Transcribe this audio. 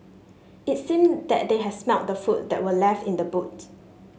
it seemed that they had smelt the food that were left in the boot